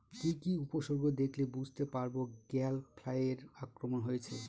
কি কি উপসর্গ দেখলে বুঝতে পারব গ্যাল ফ্লাইয়ের আক্রমণ হয়েছে?